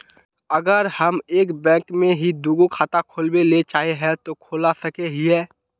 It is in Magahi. अगर हम एक बैंक में ही दुगो खाता खोलबे ले चाहे है ते खोला सके हिये?